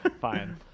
Fine